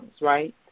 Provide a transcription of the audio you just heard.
right